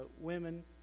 women